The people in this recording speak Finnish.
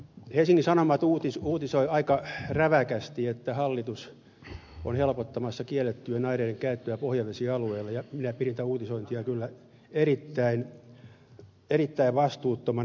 helsingin sanomat uutisoi aika räväkästi että hallitus on helpottamassa kiellettyjen aineiden käyttöä pohjavesialueilla ja minä pidin tätä uutisointia kyllä erittäin vastuuttomana